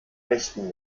echten